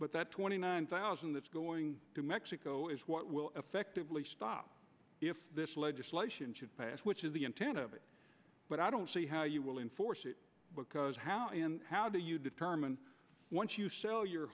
but that twenty nine thousand that's going to mexico is what will effectively stop if legislation should pass which is the intent of it but i don't see how he will enforce it because how him how do you determine once you show your